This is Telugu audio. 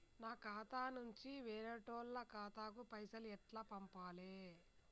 నా ఖాతా నుంచి వేరేటోళ్ల ఖాతాకు పైసలు ఎట్ల పంపాలే?